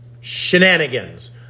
Shenanigans